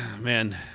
man